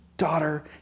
daughter